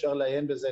ואפשר לעיין בזה.